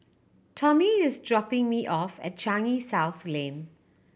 Tommy is dropping me off at Changi South Lane